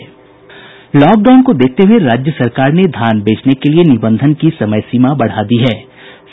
lockdown को देखते हुए राज्य सरकार ने धान बेचने के लिए निबंधन की समय सीमा बढ़ा दी गयी है